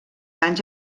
anys